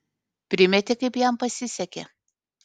primeti kaip jam pasisekė